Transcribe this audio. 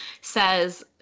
says